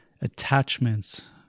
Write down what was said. attachments